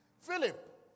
Philip